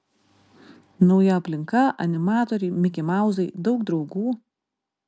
nauja aplinka animatoriai mikimauzai daug draugų